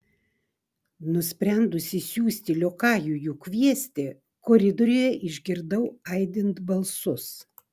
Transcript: nusprendusi siųsti liokajų jų kviesti koridoriuje išgirdau aidint balsus